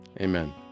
Amen